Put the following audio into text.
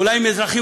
אולי אם אזרחים,